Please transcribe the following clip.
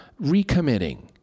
recommitting